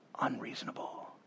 Unreasonable